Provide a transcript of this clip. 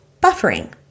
buffering